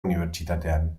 unibertsitatean